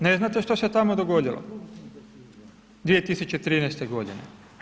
Ne znate što se tamo dogodilo 2013. godine?